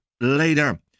later